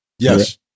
Yes